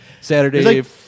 Saturday